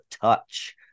touch